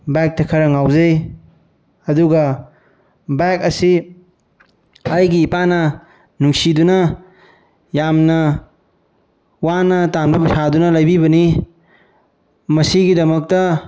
ꯕꯥꯏꯛꯇ ꯈꯔ ꯉꯥꯎꯖꯩ ꯑꯗꯨꯒ ꯕꯥꯏꯛ ꯑꯁꯤ ꯑꯩꯒꯤ ꯏꯄꯥꯅ ꯅꯨꯡꯁꯤꯗꯨꯅ ꯌꯥꯝꯅ ꯋꯥꯅ ꯇꯥꯟꯕ ꯄꯩꯁꯥꯗꯨꯅ ꯂꯩꯕꯤꯕꯅꯤ ꯃꯁꯤꯒꯤꯗꯃꯛꯇ